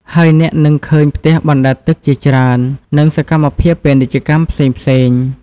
ហើយអ្នកនឹងឃើញផ្ទះបណ្តែតទឹកជាច្រើន និងសកម្មភាពពាណិជ្ជកម្មផ្សេងៗ។